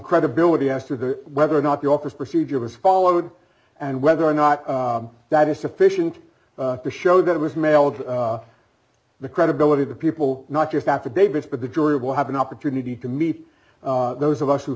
credibility as to whether or not the office procedure was followed and whether or not that is sufficient to show that it was mailed to the credibility of the people not just affidavits but the jury will have an opportunity to meet those of us who